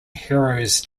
heroes